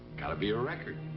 got to be a record.